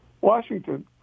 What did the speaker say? Washington